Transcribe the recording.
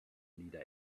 leader